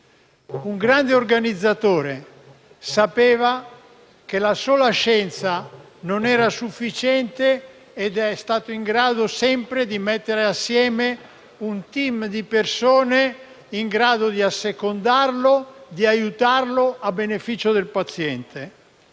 Grande organizzatore, sapeva che la sola scienza non era sufficiente ed è stato in grado sempre di mettere assieme un *team* di persone in grado di assecondarlo e di aiutarlo, a beneficio del paziente.